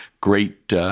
great